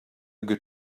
good